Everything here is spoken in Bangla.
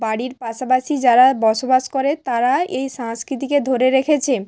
বাড়ির পাশাপাশি যারা বসবাস করে তারা এই সংস্কৃতিকে ধরে রেখেছে